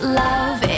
love